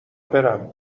برم